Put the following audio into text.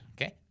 okay